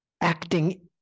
acting